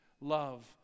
love